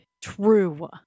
true